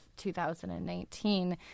2019